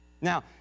Now